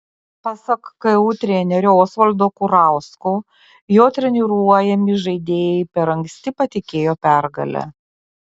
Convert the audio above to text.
pasak ku trenerio osvaldo kurausko jo treniruojami žaidėjai per anksti patikėjo pergale